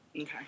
Okay